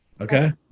Okay